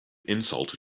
insult